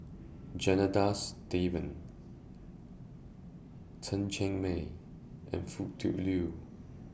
Janadas Devan Chen Cheng Mei and Foo Tui Liew